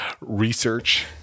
research